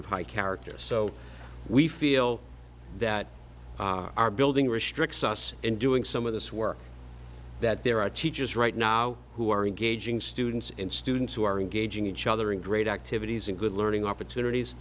of high character so we feel that our building restricts us in doing some of this work that there are teachers right now who are engaging students and students who are engaging each other in great activities and good learning opportunities